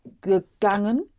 gegangen